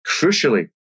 crucially